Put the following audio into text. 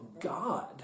God